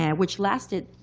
and which lasted,